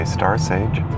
Starsage